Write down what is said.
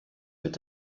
mit